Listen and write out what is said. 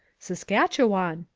saskatchewan,